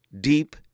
deep